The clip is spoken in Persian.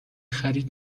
خرید